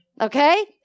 Okay